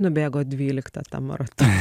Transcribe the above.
nubėgo dvyliktą tą maratoną